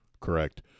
Correct